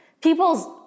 people's